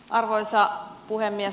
arvoisa puhemies